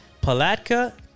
Palatka